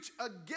again